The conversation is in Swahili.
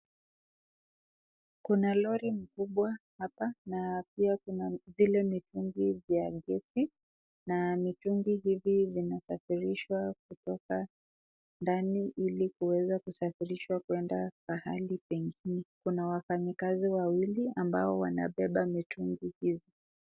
Kuna lori kubwa hapa na pia kuna zile mitungi vya gesi na mitungi hivi vina safirishwa kutoka ndani hili kuweza kusafirishwa kuenda pahali pengine. Kuna wafanyikazi wawili ambao wanabeba mitungi hizi.